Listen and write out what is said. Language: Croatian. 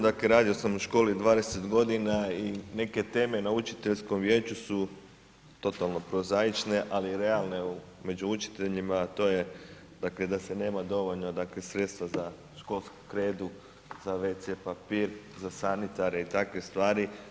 Dakle radio sam u školi 20 godina i neke teme na učiteljskom vijeću su totalno prozaične ali realne među učiteljima a to je dakle da se nema dovoljno dakle sredstva za školsku kredu, za wc papir, za sanitare i takve stvari.